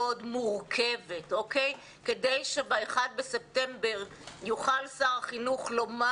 מורכבת כדי שב-1 בספטמבר יוכל שר החינוך לומר: